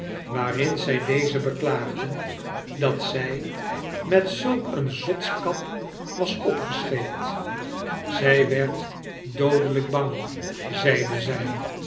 waarin zij deze beklaagde dat zij met zulk een zotskap was opgescheept zij werd doodelijk bang zeide zij